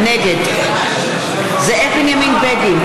נגד זאב בנימין בגין,